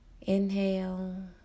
Inhale